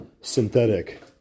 synthetic